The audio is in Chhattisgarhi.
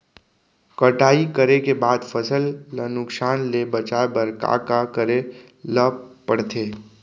कटाई करे के बाद फसल ल नुकसान ले बचाये बर का का करे ल पड़थे?